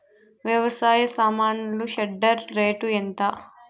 వ్యవసాయ సామాన్లు shredder rate ఎంత?